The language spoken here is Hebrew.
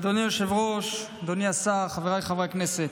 אדוני היושב-ראש, אדוני השר, חבריי חברי הכנסת,